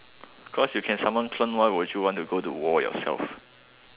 cause you can summon clone why would you want to want to go war yourself